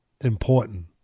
important